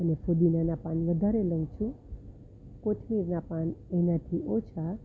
અને ફૂદીનાના પાન વધારે લઉ છું કોથમીરના પાન એનાથી ઓછા